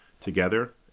together